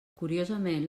curiosament